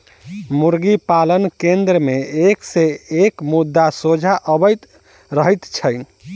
मुर्गी पालन केन्द्र मे एक सॅ एक मुद्दा सोझा अबैत रहैत छै